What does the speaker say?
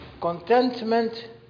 Contentment